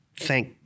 thank